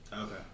Okay